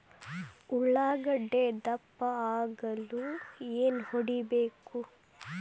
ಉಳ್ಳಾಗಡ್ಡೆ ದಪ್ಪ ಆಗಲು ಏನು ಹೊಡಿಬೇಕು?